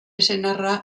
senarra